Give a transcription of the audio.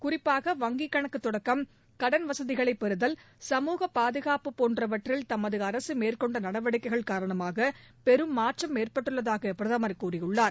குறிப்பாக வங்கிக் கணக்குதொடக்கம் கடன் வசதிகளைப் பெறுதல் சமூக பாதுகாப்பு போன்றவற்றில் தமதுஅரசுமேற்கொண்டநடவடிக்கைகள் காரணமாகபெரும் மாற்றம் ஏற்பட்டுள்ளதாகபிரதமர் கூறியுள்ளார்